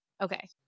Okay